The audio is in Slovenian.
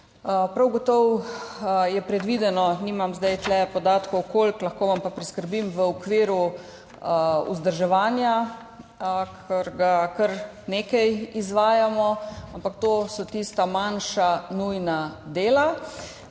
Prav gotovo je predvideno, nimam zdaj tu podatkov koliko, lahko vam pa priskrbim v okviru vzdrževanja, ker ga kar nekaj izvajamo, ampak to so tista manjša nujna dela.